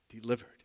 delivered